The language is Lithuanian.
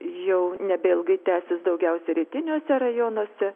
jau nebeilgai tęsis daugiausiai rytiniuose rajonuose